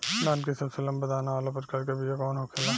धान के सबसे लंबा दाना वाला प्रकार के बीया कौन होखेला?